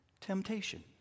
temptation